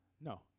No